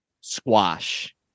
squash